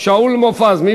שאול מופז, קריאה טרומית.